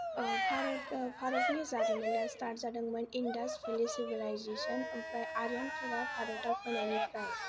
ओ भारत भारतनि जारिमिना स्तार्त जादोंमोन इन्दास भेलि सिभिलायजेसन ओमफ्राय आर्यानफोरा भारताव फैनायनिफ्राय